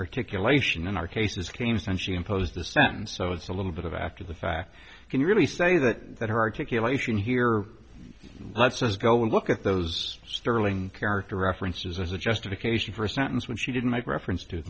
articulation in our cases cames and she imposed the sentence so it's a little bit of after the fact can you really say that that her articulation here let's just go and look at those sterling character references as a justification for a sentence when she didn't make reference to